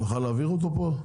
נוכל להעביר אותו פה?